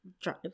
drive